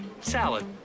Salad